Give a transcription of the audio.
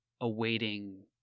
awaiting